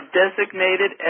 designated